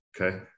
Okay